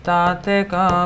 Tateka